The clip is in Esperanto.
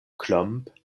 klomp